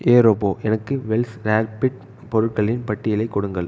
ஹே robot எனக்கு வெல்ஃப் ரேபிட் பொருட்களின் பட்டியலைக் கொடுங்கள்